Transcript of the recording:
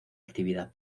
actividad